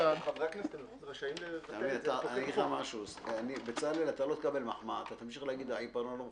שבהכנסתו כדבר שבסוד ושבמהימנות אישית